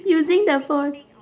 using the phone